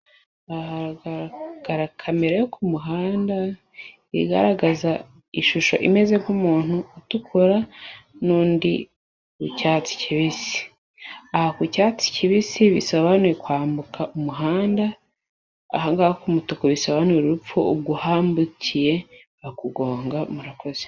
Aha haragaragara kamera yo ku muhanda igaragaza ishusho imeze nk'umuntu utukura, n'undi w'icyatsi kibisi. ku cyatsi kibisi bisobanuye kwambuka umuhanda, umutuku bisobanura urupfu ubwo uhambukiye bakugonga. Murakoze.